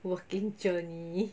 working journey